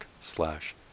slash